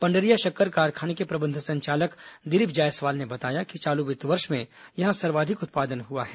पंडरिया शक्कर कारखाने के प्रबंध संचालक दिलीप जायसवाल ने बताया कि चालू वित्त वर्ष में यहां सर्वाधिक उत्पादन हुआ है